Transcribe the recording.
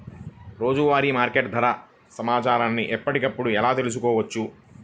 రోజువారీ మార్కెట్ ధర సమాచారాన్ని ఎప్పటికప్పుడు ఎలా తెలుసుకోవచ్చు?